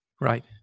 Right